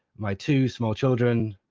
my two small children,